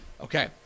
Okay